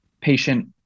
patient